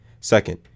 Second